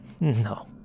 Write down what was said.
no